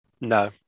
No